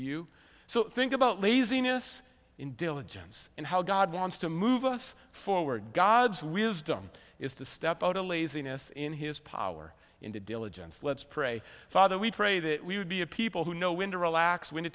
you so think about laziness in diligence and how god wants to move us forward god's wisdom is to step out of laziness in his power in the diligence let's pray father we pray that we would be a people who know when to relax when